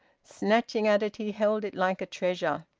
snatching at it, he held it like a treasure.